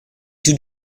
tout